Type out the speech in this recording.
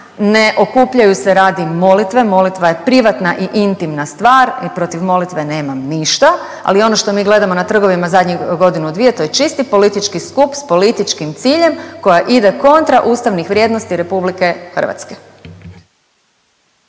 ne okupljaju se radi molitve, molitva je privatna i intimna stvar i protiv molitve nemam ništa ali ono što mi gledamo na trgovima zadnjih godinu dvije, to je čisti politički skup s političkim ciljem, koja ide kontra ustavnih vrijednosti RH. **Penava,